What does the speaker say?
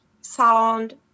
sound